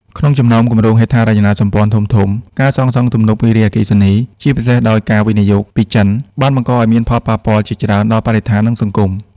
ក្នុងចំណោមគម្រោងហេដ្ឋារចនាសម្ព័ន្ធធំៗ ការសាងសង់ទំនប់វារីអគ្គិសនី ជាពិសេសដោយការវិនិយោគពីចិន បានបង្កឲ្យមានផលប៉ះពាល់ជាច្រើនដល់បរិស្ថាន និងសង្គម។